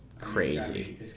crazy